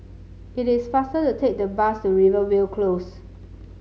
it is faster to take the bus to Rivervale Close